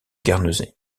guernesey